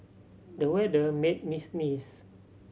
the weather made me sneeze